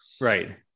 right